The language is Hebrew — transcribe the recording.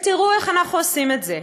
ותראו איך אנחנו עושים את זה: